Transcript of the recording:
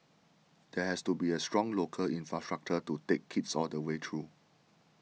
there has to be a strong local infrastructure to take kids all the way through